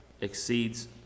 exceeds